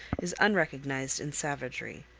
is unrecognized in savagery.